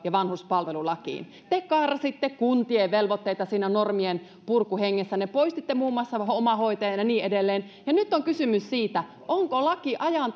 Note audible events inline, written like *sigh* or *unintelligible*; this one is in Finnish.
ja vanhuspalvelulakiin te karsitte kuntien velvoitteita siinä normienpurkuhengessänne poistitte muun muassa omahoitajan ja niin edelleen nyt on kysymys siitä onko laki ajan *unintelligible*